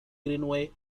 greenway